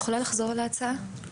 ההצעה היא